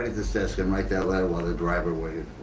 this desk and write that letter while the driver waited.